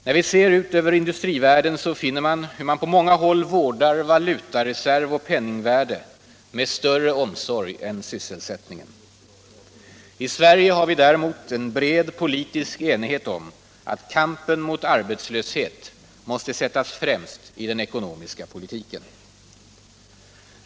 När vi ser ut över industrivärlden finner vi hur man på många håll vårdar valutareserv och penningvärde med större omsorg än sysselsättningen. I Sverige har vi däremot en bred politisk enighet om att kampen mot arbetslöshet måste sättas främst i den ekonomiska politiken.